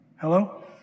Hello